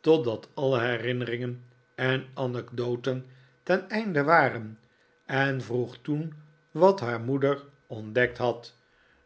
totdat alle herinneringen en anecdoten ten einde waren en vroeg toen wat haar moeder ontdekt had